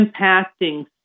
impacting